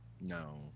No